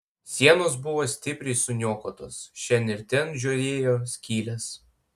sienos buvo stipriai suniokotos šen ir ten žiojėjo skylės